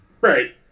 Right